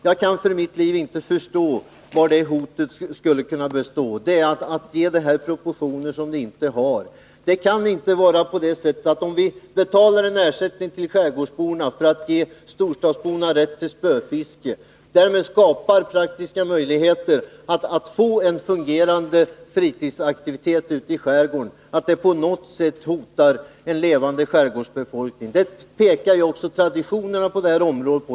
Jag kan för mitt liv inte förstå vari det hotet skulle kunna bestå — det är att ge vårt förslag proportioner som det inte har. Om vi betalar en ersättning till skärgårdsborna för att ge storstadsborna rätt till spöfiske och därmed skapar praktiska möjligheter att få en fritidsaktivitet ute i skärgården, så kan det inte på något sätt hota en levande skärgård och dess befolkning. Det visar ju också traditionerna på detta område.